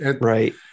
Right